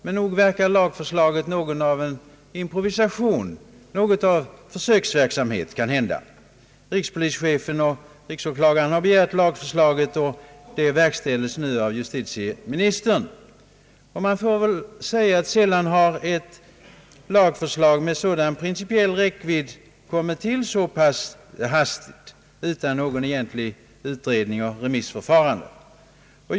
Men nog verkar lagförslaget att vara något av en improvisation — kanhända något av försöksverksamhet. Rikspolischefen och riksåklagaren har begärt lagförslaget, och beställningen verkställes nu av justitieministern. Man får väl säga att ett lagförslag med sådan. principiell räckvidd sällan kommit till så pass hastigt utan någon egentlig utredning med remissförfarande.